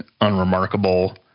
unremarkable